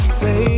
say